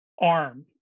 arm